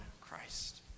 Christ